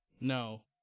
No